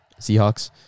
Seahawks